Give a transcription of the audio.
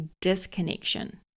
disconnection